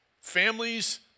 families